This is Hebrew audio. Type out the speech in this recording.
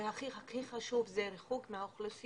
והכי חשוב זה הריחוק מהאוכלוסיות.